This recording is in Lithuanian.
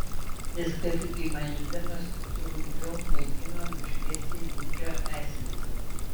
jis kaip įmanydamas trumpiau mėgino nušviesti ginčo esmę